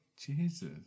Jesus